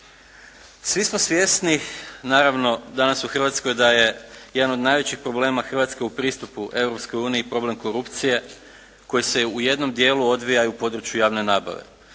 Svi smo svjesni naravno danas u Hrvatskoj da je jedan od najvećih problema Hrvatske u pristupu Europskoj uniji problem korupcije koji se u jednom dijelu odvija i u području javne nabave.